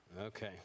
Okay